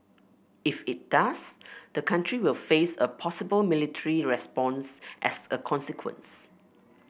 if it does the country will face a possible military response as a consequence